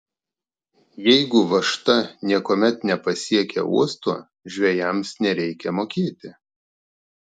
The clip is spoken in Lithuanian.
jeigu važta niekuomet nepasiekia uosto žvejams nereikia mokėti